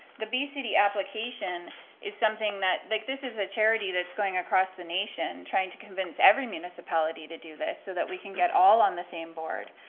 the bee city application is something that, like this is a charity that's going across the nation trying to convince every municipality to do this so that we can get all on the same board.